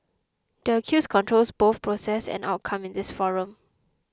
the accused controls both process and outcome in this forum